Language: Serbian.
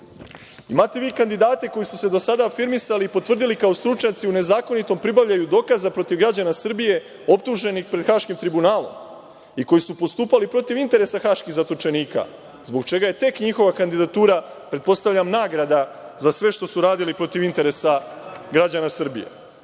suda? Imate vi kandidate koji su se do sada afirmisali i potvrdili kao stručnjaci u nezakonitom pribavljanju dokaza protiv građana Srbije optuženih pred Haškim tribunalom i koji su postupali protiv interesa haških zatočenika, zbog čega je tek njihova kandidatura, pretpostavljam, nagrada za sve što su radili protiv interesa građana Srbije.